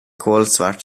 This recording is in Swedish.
kolsvart